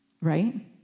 right